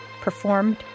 performed